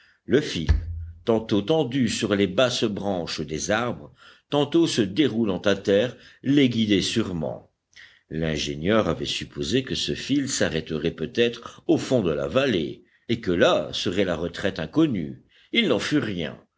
le fil tantôt tendu sur les basses branches des arbres tantôt se déroulant à terre les guidait sûrement l'ingénieur avait supposé que ce fil s'arrêterait peut-être au fond de la vallée et que là serait la retraite inconnue il n'en fut rien